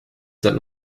said